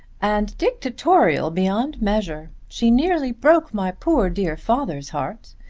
and dictatorial beyond measure. she nearly broke my poor dear father's heart.